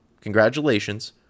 Congratulations